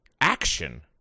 action